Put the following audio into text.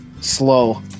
slow